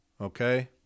Okay